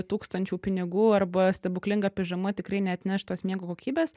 tūkstančių pinigų arba stebuklinga pižama tikrai neatneš tos miego kokybės